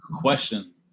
question